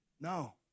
No